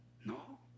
No